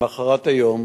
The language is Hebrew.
למחרת היום